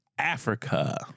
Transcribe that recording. Africa